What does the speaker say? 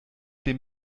dem